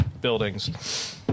buildings